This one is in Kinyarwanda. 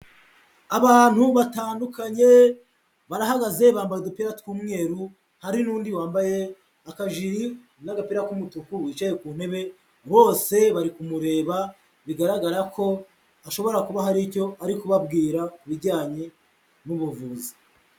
Abantu batandukanye barahagaze bambaye udupira tw'umweru hari n'undi wambaye akajiri n'agapira k'umutuku wicaye ku ntebe, bose bari kumureba bigaragara ko ashobora kuba hari icyo ari kubabwira ku bijyanye n'ubuvuzi.